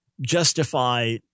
justify